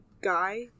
guy